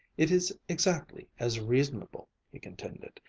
it is exactly as reasonable, he contended,